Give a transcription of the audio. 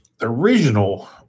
original